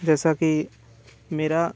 जैसा कि मेरा